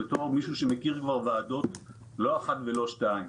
בתור מישהו שמכיר כבר ועדות לא אחת ולא שתיים.